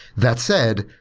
that said,